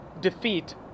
defeat